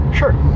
sure